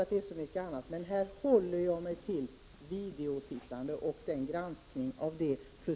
I denna diskussion håller jag mig till frågan om videogrammen, granskningen av dem och dataspelen.